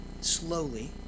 Slowly